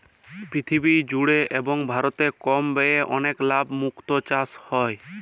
পীরথিবী জুড়ে এবং ভারতে কম ব্যয়ে অলেক লাভ মুক্ত চাসে হ্যয়ে